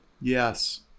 Yes